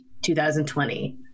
2020